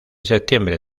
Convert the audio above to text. septiembre